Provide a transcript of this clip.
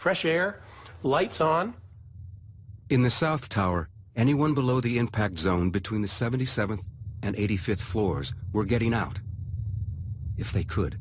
fresh air lights on in the south tower anyone below the impact zone between the seventy seventh and eighty fifth floors were getting out if they could